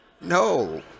No